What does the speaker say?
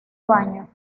baño